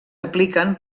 apliquen